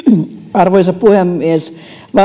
arvoisa puhemies